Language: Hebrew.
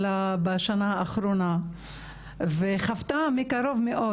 שלה בשנה האחרונה וחוותה מקרוב מאוד,